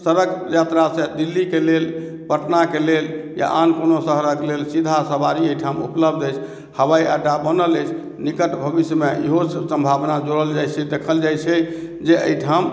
सड़क यात्रासँ दिल्लीके लेल पटनाके लेल या आन कोनो शहरके लेल सीधा सवारी एहिठाम उपलब्ध अछि हवाइअड्डा बनल अछि निकट भविष्यमे ईहो सम्भावना जोड़ल जाइ छै देखल जाइ छै जे एहिठाम